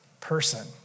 person